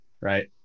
right